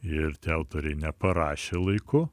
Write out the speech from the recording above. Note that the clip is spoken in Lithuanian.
ir tie autoriai neparašė laiku